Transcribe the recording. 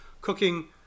cooking